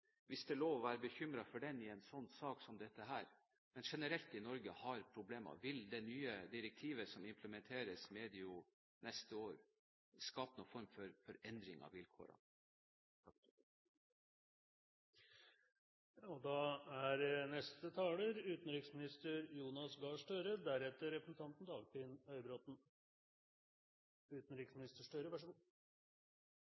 hvis det er lov til å være bekymret for det i en sånn sak som dette. Vil det nye direktivet som implementeres medio neste år, skape noen form for endring av vilkårene? Jeg vil også her få si at det er